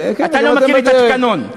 אתה לא מכיר את התקנון.